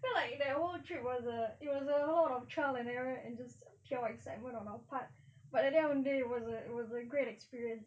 feel like that whole trip was a it was a whole lot of trial and error and just pure excitement on our part but at the end of the day it was a it was a great experience